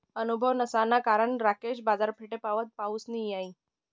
अनुभव नसाना कारण राकेश बाजारपेठपावत पहुसना नयी